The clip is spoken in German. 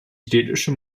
städtische